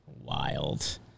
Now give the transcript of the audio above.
Wild